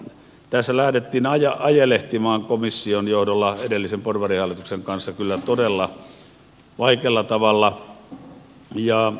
tässä lähdettiin ajelehtimaan komission johdolla edellisen porvarihallituksen kanssa kyllä todella vaikealla tavalla